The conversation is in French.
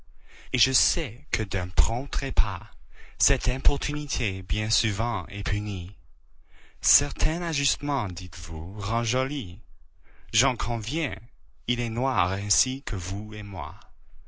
je sais que d'un prompt trépas cette importunité bien souvent est punie certain ajustement dites-vous rend jolie j'en conviens il est noir ainsi que vous et moi